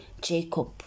Jacob